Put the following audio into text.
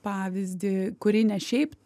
pavyzdį kurį ne šiaip